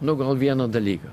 nu gal vieno dalyko